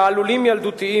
תעלולים ילדותיים.